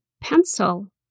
pencil